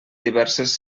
diverses